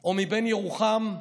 או מבן ירוחם?